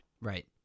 Right